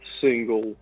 single